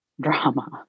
drama